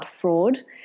fraud